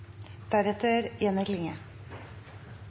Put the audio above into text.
representanten Jenny Klinge,